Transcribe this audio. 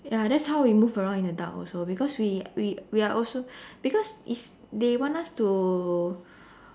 ya that's how we move around in the dark also because we we we are also because if they want us to